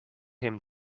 him